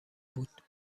بود